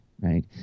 Right